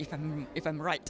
if i'm right